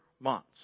months